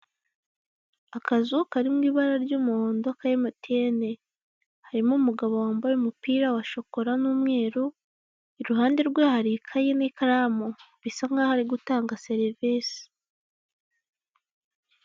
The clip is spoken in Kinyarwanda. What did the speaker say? Akazu kari mu ibara ry'umuhondo ka emutiyene, karimo umugabo wambaye umupira wa shokora n'umweru, iruhande rwe hari ikayi n'ikaramu bisa nk'aho ari gutanga serivise.